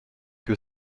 que